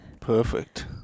Perfect